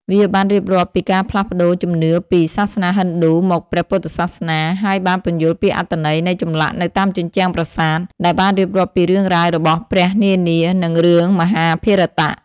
វាបានរៀបរាប់ពីការផ្លាស់ប្ដូរជំនឿពី សាសនាហិណ្ឌូ មកព្រះពុទ្ធសាសនា ហើយបានពន្យល់ពីអត្ថន័យនៃចម្លាក់នៅតាមជញ្ជាំងប្រាសាទ ដែលបានរៀបរាប់ពីរឿងរ៉ាវរបស់ព្រះនានា និងរឿងមហាភារតៈ។